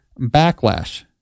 backlash